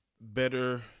better